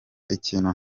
ikintu